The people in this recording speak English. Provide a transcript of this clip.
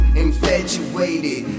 infatuated